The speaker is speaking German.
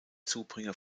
zubringer